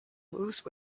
those